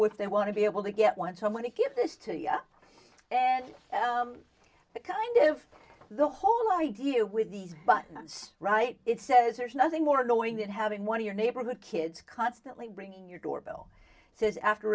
what they want to be able to get once i want to give this to you and the kind of the whole idea with these buttons right it says there's nothing more annoying than having one of your neighborhood kids constantly bringing your doorbell says after